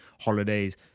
holidays